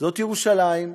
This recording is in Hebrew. זאת ירושלים,